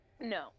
No